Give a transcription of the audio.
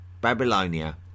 Babylonia